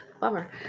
bummer